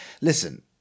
Listen